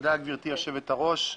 תודה גברתי יושבת הראש.